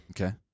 Okay